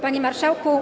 Panie Marszałku!